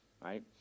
right